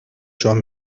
joan